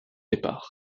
départ